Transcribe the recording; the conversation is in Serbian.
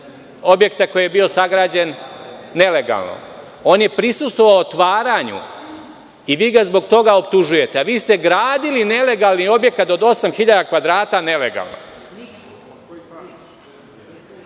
objekta koji je bio sagrađen nelegalno. On je prisustvovao otvaranju i vi ga zbog toga optužujete, a vi ste gradili nelegalni objekat od 8.000 kvadrata nelegalno.(Velimir